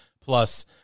plus